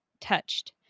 touched